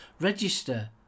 register